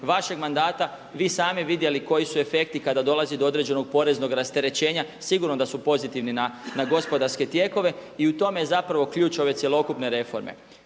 vašeg mandata vi sami vidjeli koji su efekti kada dolazi do određenog poreznog rasterećenja. Sigurno da su pozitivni na gospodarske tijekove. I tome je zapravo ključ ove cjelokupne reforme.